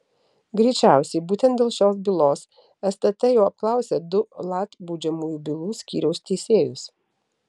greičiausiai būtent dėl šios bylos stt jau apklausė du lat baudžiamųjų bylų skyriaus teisėjus